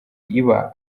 iba